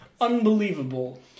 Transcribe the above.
Unbelievable